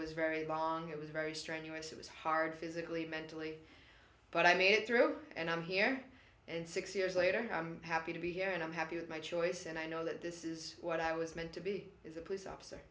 was very long it was very strenuous it was hard physically mentally but i made it through and i'm here and six years later happy to be here and i'm happy with my choice and i know that this is what i was meant to be is a police officer